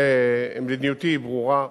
מדיניותי היא ברורה.